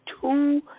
two